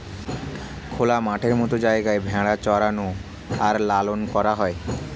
খোলা মাঠের মত জায়গায় ভেড়া চরানো আর লালন করা হয়